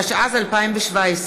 התשע"ז 2017,